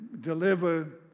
deliver